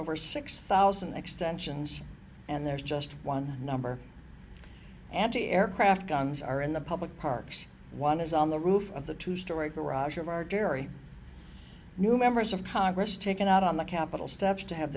over six thousand extensions and there's just one number anti aircraft guns are in the public parks one is on the roof of the two story garage of our dairy new members of congress taken out on the capitol steps to have